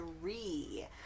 three